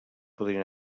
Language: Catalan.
podrien